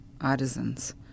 artisans